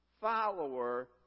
follower